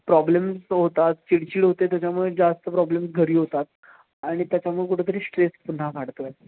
problems होतात चिडचिड होते त्याच्यामुळे जास्त प्रॉब्लेम्स घरी होतात आणि त्याच्यामुळे कुठं तरी स्ट्रेस पुन्हा वाढतो आहे